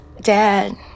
dad